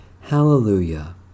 Hallelujah